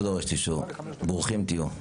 ברוכים תהיו.